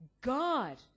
God